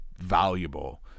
valuable